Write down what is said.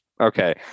Okay